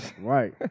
Right